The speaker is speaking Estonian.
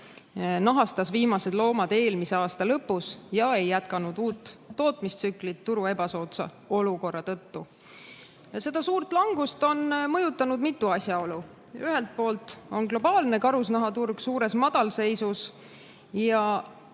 nahastas viimased loomad eelmise aasta lõpus ega jätkanud uut tootmistsüklit turu ebasoodsa olukorra tõttu. Seda suurt langust on mõjutanud mitu asjaolu. Ühelt poolt on globaalne karusnahaturg suures madalseisus,